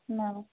ন